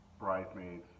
bridesmaids